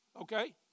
okay